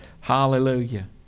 Hallelujah